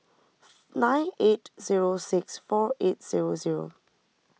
nine eight zero six four eight zero zero